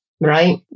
right